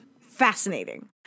fascinating